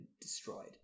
destroyed